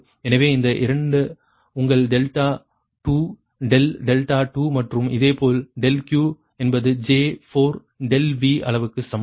எனவே இந்த 2 உங்கள் டெல்டா 2 ∆2 மற்றும் இதேபோல் ∆Q என்பது J4 ∆V அளவுக்கு சமம்